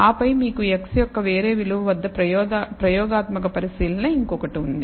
ఆపై మీకు x యొక్క వేరే విలువ వద్ద ప్రయోగాత్మక పరిశీలన ఇంకొకటి ఉంది